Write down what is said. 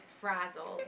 frazzled